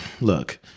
look